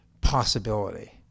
possibility